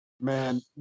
Man